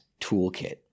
toolkit